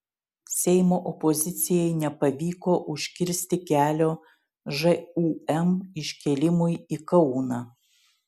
seimo opozicijai nepavyko užkirsti kelio žūm iškėlimui į kauną